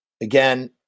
again